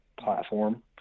platform